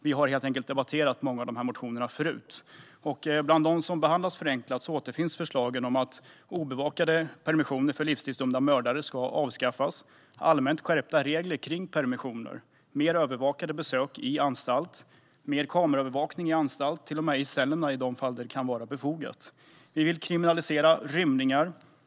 Vi har helt enkelt debatterat många av dem förut. Bland dem som behandlas förenklat återfinns förslagen om att obevakade permissioner för livstidsdömda mördare ska avskaffas, allmänt skärpta regler för permission, mer övervakade besök på anstalt, mer kameraövervakning på anstalt, till och med i cellerna i de fall det kan vara befogat. Vi vill kriminalisera rymningar.